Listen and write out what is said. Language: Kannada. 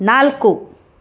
ನಾಲ್ಕು